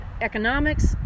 economics